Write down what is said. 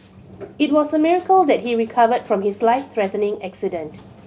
it was a miracle that he recovered from his life threatening accident